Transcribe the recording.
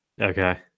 Okay